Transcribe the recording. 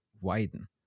widen